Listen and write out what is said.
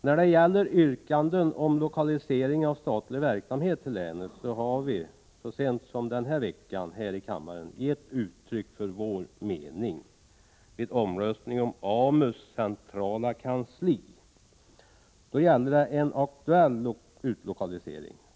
När det gäller yrkandena om lokalisering av statlig verksamhet till länet har vi gett uttryck för vår mening här i kammaren så sent som denna vecka, nämligen vid omröstningen om AMU:s centrala kansli. Då gällde det en aktuell utlokalisering.